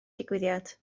digwyddiad